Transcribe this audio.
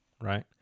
right